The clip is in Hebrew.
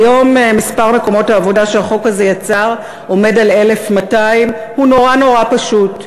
כיום מספר מקומות העבודה שהחוק הזה יצר עומד על 1,200. הוא נורא פשוט,